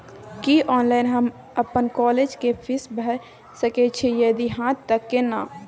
की online हम अपन college के फीस भैर सके छि यदि हाँ त केना?